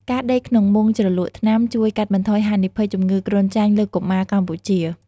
ការដេកក្នុងមុងជ្រលក់ថ្នាំជួយកាត់បន្ថយហានិភ័យជំងឺគ្រុនចាញ់លើកុមារកម្ពុជា។